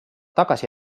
tagasi